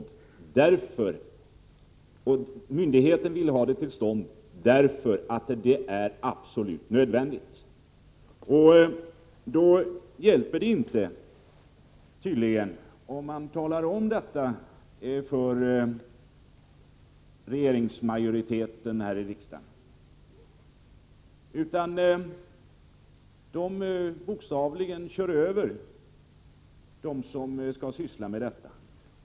Att man klargör för majoriteten här i riksdagen att verksmyndigheten anser en omfördelning vara absolut nödvändig hjälper tydligen inte. Majoriteten kör bokstavligen över dem som skall syssla med detta.